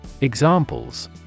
Examples